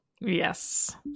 Yes